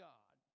God